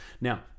Now